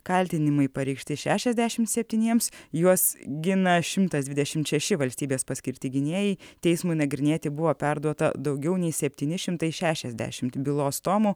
kaltinimai pareikšti šešiasdešimt septyniems juos gina šimtas dvidešimt šeši valstybės paskirti gynėjai teismui nagrinėti buvo perduota daugiau nei septyni šimtai šešiasdešimt bylos tomų